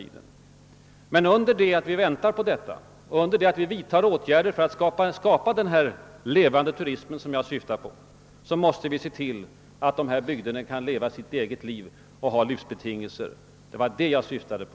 Men under tiden som vi väntar på detta och vidtar åtgärder för att skapa den levande turism som jag syftar på, måste vi se till att bygderna kan leva sitt eget liv och får livsbetingelser. Det var det jag syftade på.